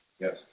Yes